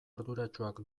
arduratsuak